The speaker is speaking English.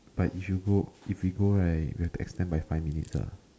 but if you go if we go right we've to extend by five minutes ah